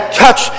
touch